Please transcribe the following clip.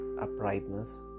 uprightness